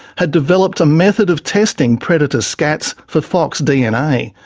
had developed a method of testing predator scats for fox dna.